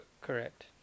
Correct